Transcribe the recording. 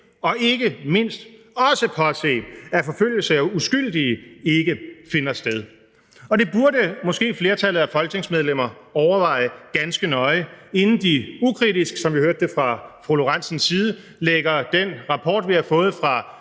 den ikke mindst også skal påse, at forfølgelse af uskyldige ikke finder sted. Det burde flertallet af folketingsmedlemmer måske overveje ganske nøje, inden de ukritisk, som vi hørte det fra fru Karina Lorentzen Dehnhardts side, lægger den rapport – eller